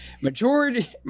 majority